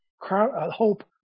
hope